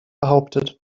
behauptet